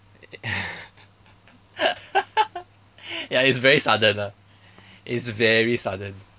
ya it's very sudden lah it's very sudden